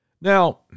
Now